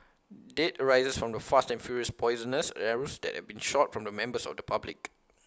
dread arises from the fast and furious poisonous arrows that have been shot from members of the public